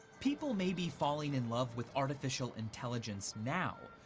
people may be falling in love with artificial intelligence now,